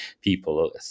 people